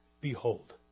behold